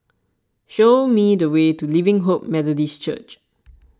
show me the way to Living Hope Methodist Church